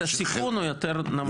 הסיכון הוא יותר נמוך.